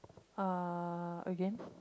uh again